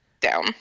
down